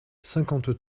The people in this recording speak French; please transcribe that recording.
cinquante